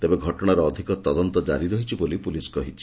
ତେବେ ଘଟଶାର ଅଧିକ ତଦନ୍ତ ଜାରି ରହିଛି ବୋଲି ପୁଲିସ୍ କହିଛି